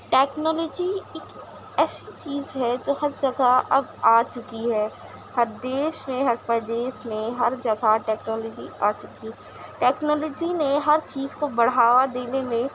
technology ایک ایسی چیز ہے جو ہر جگہ اب آ چکی ہے ہر دیش میں ہر پردیس میں ہر جگہ ٹیکنالوجی آ چکی ٹیکنالوجی نے ہر چیز کو بڑھاوا دینے میں